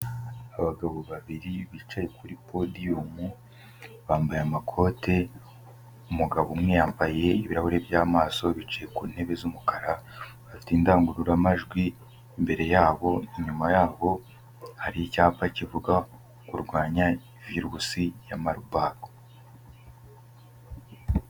Abagabo babiri bicaye kuri